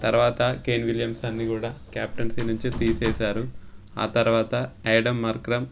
తర్వాత కేన్ విలియమ్సన్ని కూడా క్యాప్టన్సీ నుంచి తీసేసారు ఆ తర్వాత యాడమ్ అక్రమ్